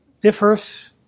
differs